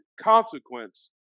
consequence